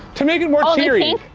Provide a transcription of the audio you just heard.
to make it more cheery.